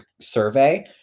survey